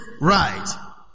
Right